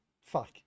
fuck